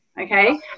Okay